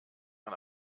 man